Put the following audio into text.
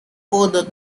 further